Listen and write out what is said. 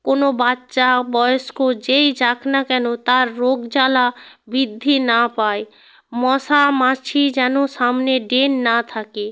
কোনো বাচ্চা বয়স্ক যেই যাক না কেন তার রোগ জ্বালা বৃদ্ধি না পায় মশা মাছি যেন সামনে ড্রেন না থাকে